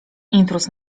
intruz